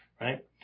right